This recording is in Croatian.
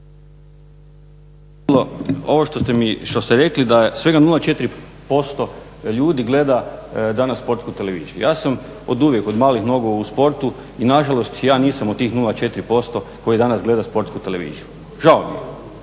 ovo što ste rekli da svega 0,4% ljudi gleda danas Sportsku televiziju. Ja sam oduvijek, od malih nogu u sportu i na žalost ja nisam od tih 0,4% koji danas gleda Sportsku televiziju. Žao mi je.